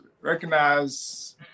recognize